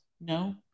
No